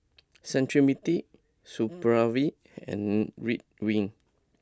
Cetrimide Supravit and Ridwind